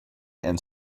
and